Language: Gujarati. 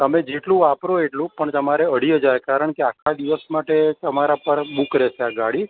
તમે જેટલું વાપરો એટલું પણ તમારે અઢી હજાર કારણકે આખા દિવસ માટે તમારા પર બુક રેહશે આ ગાડી